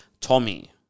Tommy